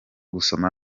gusoma